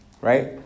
Right